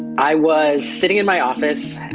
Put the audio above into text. i was sitting in my office,